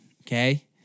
Okay